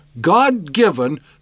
God-given